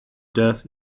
death